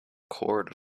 court